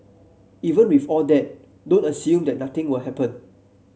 even with all that don't assume that nothing will happen